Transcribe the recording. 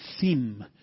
theme